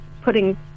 putting